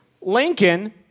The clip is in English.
Lincoln